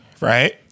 Right